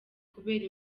kubera